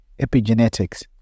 epigenetics